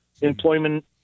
employment